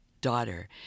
daughter